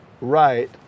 right